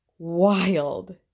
wild